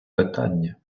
питання